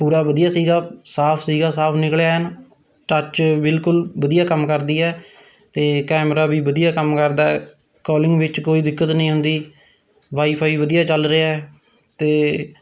ਪੂਰਾ ਵਧੀਆ ਸੀਗਾ ਸਾਫ ਸੀਗਾ ਸਾਫ ਨਿਕਲਿਆ ਐਨ ਟੱਚ ਬਿਲਕੁਲ ਵਧੀਆ ਕੰਮ ਕਰਦੀ ਹੈ ਅਤੇ ਕੈਮਰਾ ਵੀ ਵਧੀਆ ਕੰਮ ਕਰਦਾ ਹੈ ਕਾਲਿੰਗ ਵਿੱਚ ਕੋਈ ਦਿੱਕਤ ਨਹੀਂ ਹੁੰਦੀ ਵਾਈ ਫਾਈ ਵਧੀਆ ਚੱਲ ਰਿਹਾ ਹੈ ਅਤੇ